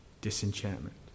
disenchantment